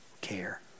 care